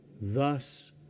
Thus